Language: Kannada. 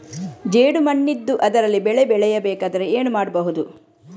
ಜೇಡು ಮಣ್ಣಿದ್ದು ಅದರಲ್ಲಿ ಬೆಳೆ ಬೆಳೆಯಬೇಕಾದರೆ ಏನು ಮಾಡ್ಬಹುದು?